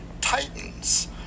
Titans